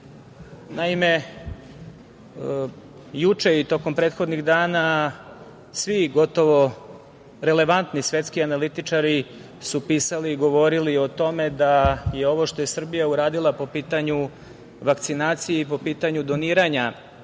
juče i tokom prethodnih dana svi gotovo relevantni svetski analitičari su pisali i govorili o tome da je ovo što je Srbija uradila po pitanju vakcinacije i po pitanju doniranja